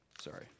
Sorry